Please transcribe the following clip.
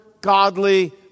godly